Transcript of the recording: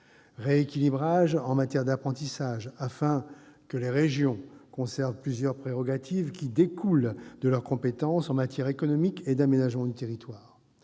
rééquilibrage en matière d'apprentissage, afin que les régions conservent plusieurs prérogatives découlant de leur compétence en matière économique et d'aménagement du territoire